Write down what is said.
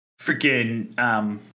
freaking